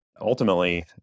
ultimately